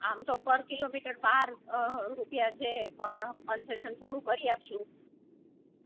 આમ તો per kilometre બાર રૂપિયા જે પણ કન્સેશન થોડું કરી આપશું